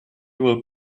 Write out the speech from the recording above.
will